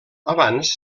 abans